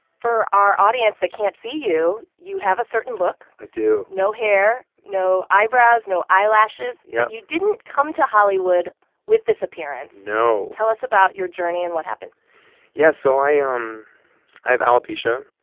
for our audience that can't see you, you have a certain look i do no hair, no eyebrows, no eyelashes yeah but you didn't come to hollywood with this appearance no tell us about your journey and what happened yeah. so i ah um i have alopecia.